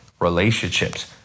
relationships